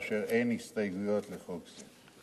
באשר אין הסתייגויות לחוק זה.